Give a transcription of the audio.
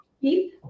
Keith